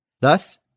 Thus